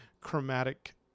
chromatic